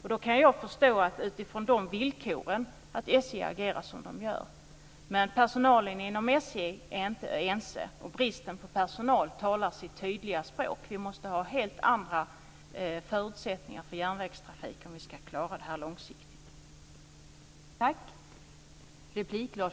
Jag kan förstå att SJ med utgångspunkt i de villkoren agerar som man gör. Personalen inom SJ är inte ense, och bristen på personal talar sitt tydliga språk. Vi måste ha helt andra förutsättningar för järnvägstrafik om vi ska klara detta långsiktigt.